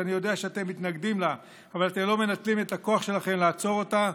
שאני יודע שאתם מתנגדים לה אבל אתם לא מנצלים את הכוח שלכם לעצור אותה,